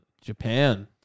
Japan